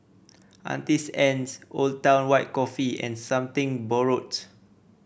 Auntie's Anne's Old Town White Coffee and Something Borrowed